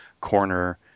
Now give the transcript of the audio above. corner